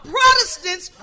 Protestants